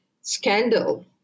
scandal